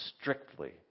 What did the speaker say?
strictly